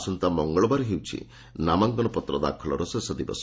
ଆସନ୍ତା ମଙ୍ଙଳବାରହେଉଛି ନାମାଙ୍କନ ପତ୍ର ଦାଖଲର ଶେଷ ଦିବସ